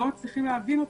לא מצליחים להבין אותה.